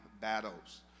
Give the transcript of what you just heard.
battles